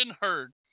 heard